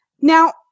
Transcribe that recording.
Now